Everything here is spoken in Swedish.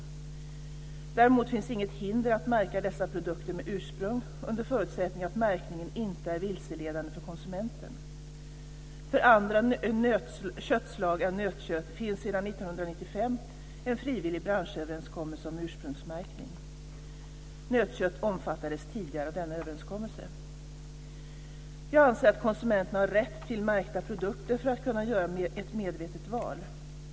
Däremot finns inget hinder att märka dessa produkter med ursprung, under förutsättning att märkningen inte är vilseledande för konsumenten. För andra köttslag än nötkött finns sedan år 1995 en frivillig branschöverenskommelse om ursprungsmärkning. Jag anser att konsumenten har rätt till märkta produkter för att kunna göra ett medvetet val.